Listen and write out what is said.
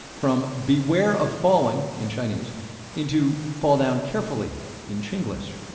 from beware of falling in chinese into fall down carefully in chinglish.